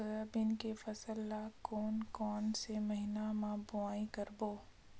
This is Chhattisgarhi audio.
सोयाबीन के फसल ल कोन कौन से महीना म बोआई करबो?